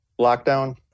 lockdown